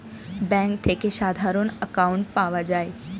bank থেকে সাধারণ account পাওয়া যায়